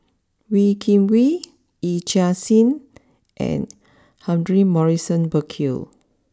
Wee Kim Wee Yee Chia Hsing and Humphrey Morrison Burkill